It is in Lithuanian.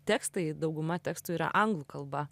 tekstai dauguma tekstų yra anglų kalba